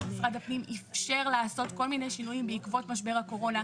שמשרד הפנים אפשר לעשות כל מיני שינויים בעקבות משבר הקורונה.